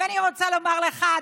ואני רוצה לומר לך,